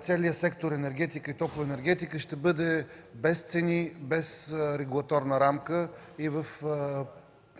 целият сектор „Енергетика и топлоенергетика” ще бъде без цени, без регулаторна рамка и в